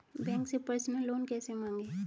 Bank से personal loan कैसे मांगें?